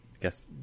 guess